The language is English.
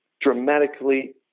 dramatically